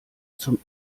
zum